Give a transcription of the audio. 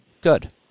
Good